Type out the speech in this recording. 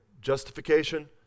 Justification